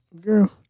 Girl